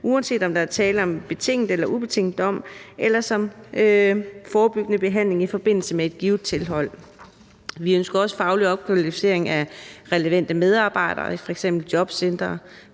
uanset om der er tale om en betinget eller ubetinget dom, eller som forebyggende behandling i forbindelse med et givet tilhold. Vi ønsker også faglig opkvalificering af relevante medarbejdere i f.eks. jobcentrene,